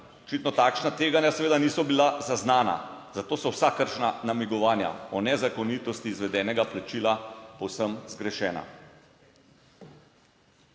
očitno takšna tveganja seveda niso bila zaznana, zato so vsakršna namigovanja o nezakonitosti izvedenega plačila povsem zgrešena.